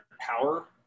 power